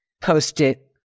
post-it